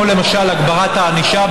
כמו למשל הגברת הענישה.